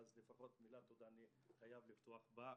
אז אני חייב לפתוח בתודה.